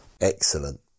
Excellent